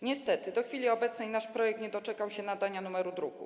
Niestety do chwili obecnej nasz projekt nie doczekał się nadania numeru druku.